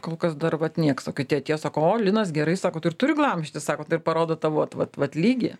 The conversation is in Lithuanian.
kol kas dar vat nieks o kiti atėjo sako o linas gerai sako tai ir turi glamžytis sako tai ir parodo tą vat vat vat lygį